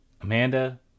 Amanda